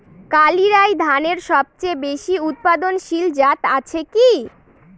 কালিরাই ধানের সবচেয়ে বেশি উৎপাদনশীল জাত আছে কি?